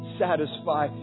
satisfy